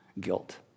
guilt